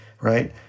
right